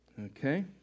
Okay